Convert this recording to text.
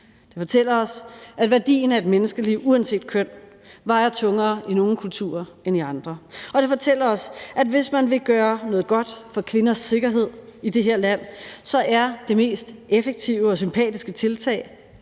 Det fortæller os, at værdien af et menneskeliv uanset køn vejer tungere i nogle kulturer end i andre, og det fortæller os, at hvis man vil gøre noget godt for kvinders sikkerhed i det her land, er det mest effektive og sympatiske tiltag